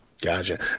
Gotcha